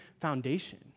foundation